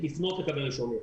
לקבל אישור.